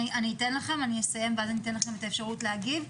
אני אסיים ואז אתן לכם את האפשרות להגיב.